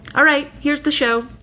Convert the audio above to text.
all right. here's the show